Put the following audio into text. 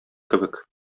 кебек